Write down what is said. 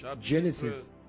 genesis